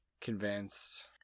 convinced